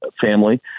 family